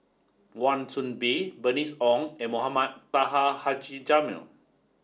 Wan Soon Bee Bernice Ong and Mohamed Taha Haji Jamil